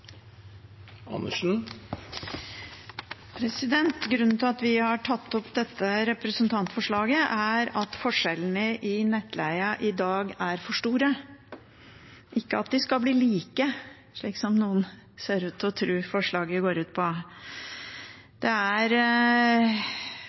at forskjellene i nettleien i dag er for store, ikke at de skal bli like, slik noen ser ut til å tro at forslaget går ut på.